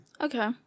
Okay